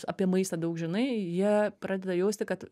apie maistą daug žinai jie pradeda jausti kad